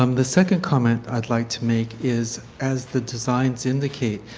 um the second comment i would like to make is as the designs indicate,